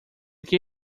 que